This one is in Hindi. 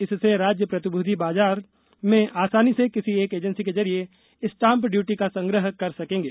इससे राज्य प्रतिभूति बाजार में आसानी से किसी एक एजेंसी के जरिए स्टाम्प ड्यूटी का संग्रह कर सकेंगे